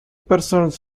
persons